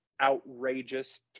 outrageous